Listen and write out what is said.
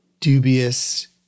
dubious